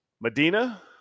Medina